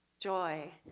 joy